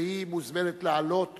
והיא מוזמנת לעלות